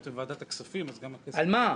אתם ועדת הכספים, אז על כסף --- על מה?